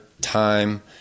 time